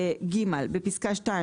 בפסקה (2),